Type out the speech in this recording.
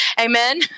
Amen